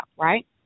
right